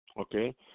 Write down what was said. Okay